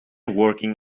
working